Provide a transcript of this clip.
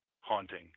haunting